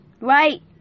right